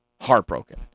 heartbroken